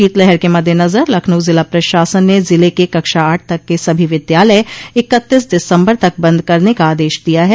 शीतलहर के मद्देनज़र लखनऊ ज़िला प्रशासन ने ज़िले के कक्षा आठ तक के सभी विद्यालय इक्त्तीस दिसम्बर तक बन्द करने का आदेश दिया है